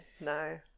No